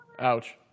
Ouch